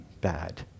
bad